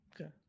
okay